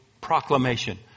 proclamation